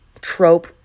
trope